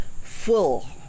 full